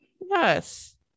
Yes